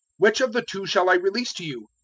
which of the two shall i release to you?